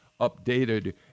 updated